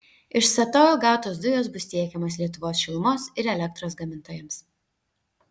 iš statoil gautos dujos bus tiekiamos lietuvos šilumos ir elektros gamintojams